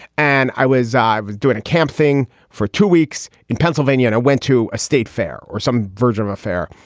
and i was i was doing a camp thing for two weeks in pennsylvania and i went to a state fair or some virginal affair.